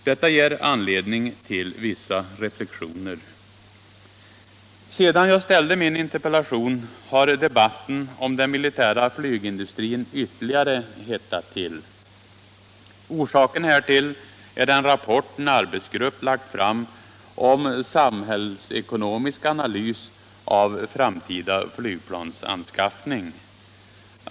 Detta ger anledning till vissa reflexioner. Sedan jag framställde min interpellation har debatten om den militära flygindustrin ytterligare hettat' till. Orsaken härtill är den rapport som en arbetsgrupp lagt fram om samhällsekonomisk analys av framtida flyg plansanskaffning.